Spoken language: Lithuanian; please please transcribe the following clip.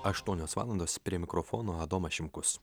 aštuonios valandos prie mikrofono adomas šimkus